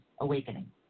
Awakening